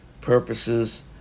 purposes